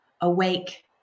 awake